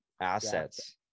assets